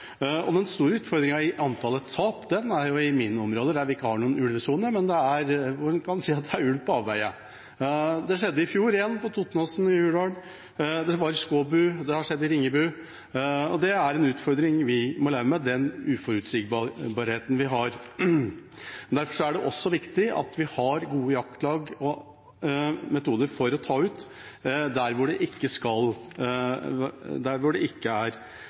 virker. Den store utfordringen når det gjelder antallet tap, er i mine områder, hvor vi ikke har noen ulvesone, men hvor en kan si at det er ulv på avveier. Det skjedde i fjor igjen, på Totenåsen og i Hurdal, det har skjedd i Skåbu og i Ringebu. Det er en utfordring vi må leve med, det er den uforutsigbarheten vi har. Derfor er det viktig at vi også har gode jaktlag og metoder for å ta ut rovdyr der det ikke er